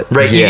Right